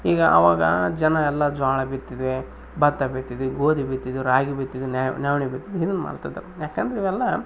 ಈಗ ಅವಾಗ ಜನ ಎಲ್ಲ ಜೋಳ ಬಿತ್ತಿದ್ವಿ ಭತ್ತ ಬಿತ್ತಿದಿವಿ ಗೋಧಿ ಬಿತ್ತಿದ್ವಿ ರಾಗಿ ಬಿತ್ತಿದ್ವಿ ನವ್ಣೆ ಬಿತ್ತಿದ್ವಿ ಹಿಂದೆ ಮಾಡ್ತಿದ್ರು ಯಾಕಂದ್ರೆ ಇವೆಲ್ಲಾ